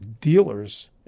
dealers